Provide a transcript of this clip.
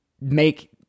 make